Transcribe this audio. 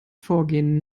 vorgehen